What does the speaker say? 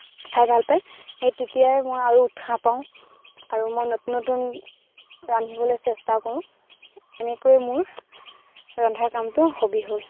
খাই ভাল পায় সেই তেতিয়াই মই আৰু উৎসাহ পাওঁ আৰু মই নতুন নতুন ৰান্ধিবলৈ চেষ্টা কৰোঁ এনেকৈ মোৰ ৰন্ধাৰ কামটো হবি হ'ল